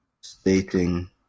stating